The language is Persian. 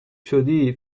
شدی